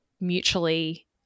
mutually